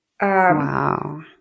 Wow